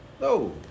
No